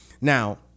Now